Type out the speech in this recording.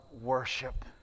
worship